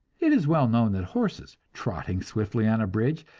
it is well known that horses, trotting swiftly on a bridge,